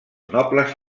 nobles